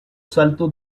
saltos